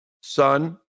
son